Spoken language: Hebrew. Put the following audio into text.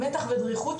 מתח ודריכות,